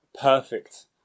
perfect